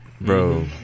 bro